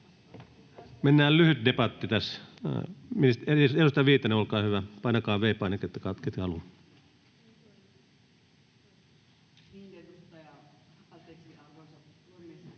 Mennään lyhyt debatti tässä. — Edustaja Viitanen, olkaa hyvä. — Painakaa V-painiketta, ketkä haluatte.